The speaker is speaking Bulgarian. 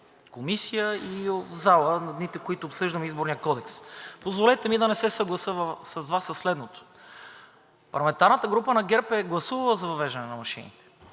Комисията, и в залата в дните, в които обсъждаме Изборния кодекс. Позволете ми да не се съглася с Вас със следното. Парламентарната група на ГЕРБ е гласувала за въвеждане на машините,